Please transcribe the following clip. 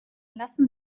lassen